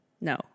no